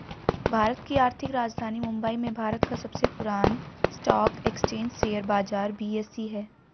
भारत की आर्थिक राजधानी मुंबई में भारत का सबसे पुरान स्टॉक एक्सचेंज शेयर बाजार बी.एस.ई हैं